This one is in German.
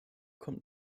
kommt